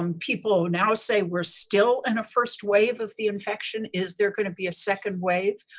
um people now say we're still in a first wave of the infection. is there going to be a second wave?